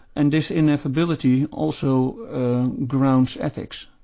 and this ineffability also grounds ethics.